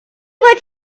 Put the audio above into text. what